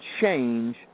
change